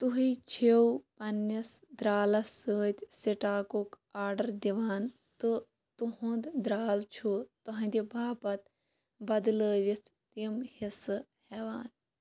تُہہِ چھِو پنٛنِس درٛالَس سۭتۍ سٕٹاکُک آرڈر دِوان تہٕ تُہُنٛد درٛال چھُ تُہٕنٛدِ باپتھ بدلٲوِتھ یِم حصہٕ ہٮ۪وان